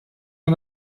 der